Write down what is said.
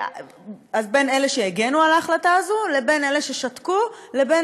בין אלה שהגנו על ההחלטה הזאת ובין אלה ששתקו לבין